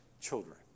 children